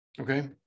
okay